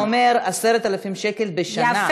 זה אומר 10,000 שקל בשנה.